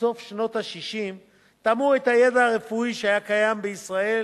סוף שנות ה-60 תאמו את הידע הרפואי שהיה קיים בישראל